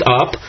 up